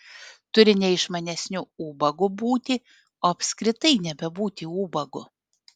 turi ne išmanesniu ubagu būti o apskritai nebebūti ubagu